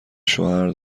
شوهر